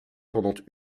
pendant